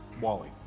Wally